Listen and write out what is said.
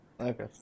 Okay